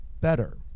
better